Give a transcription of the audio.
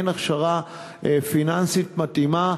אין הכשרה פיננסית מתאימה,